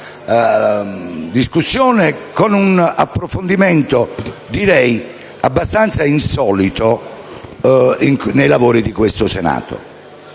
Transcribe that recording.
dibattito, con un approfondimento direi abbastanza insolito nei lavori di questo Senato.